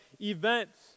events